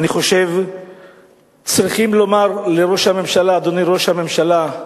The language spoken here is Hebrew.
אני חושב שצריכים לומר לראש הממשלה: אדוני ראש הממשלה,